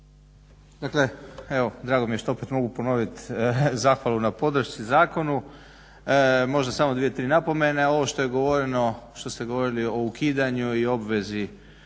Dakle, evo drago mi je što opet mogu ponovit zahvalu na podršci zakonu. Možda samo dvije, tri napomene. Ovo što je govoreno, što ste govorili o ukidanju i obvezi